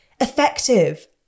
effective